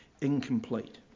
incomplete